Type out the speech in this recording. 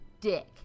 dick